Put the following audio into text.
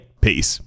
peace